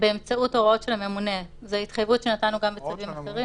צווים אחרים.